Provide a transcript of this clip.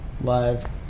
live